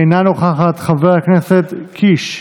אינה נוכחת, חבר הכנסת קיש,